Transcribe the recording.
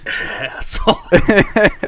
asshole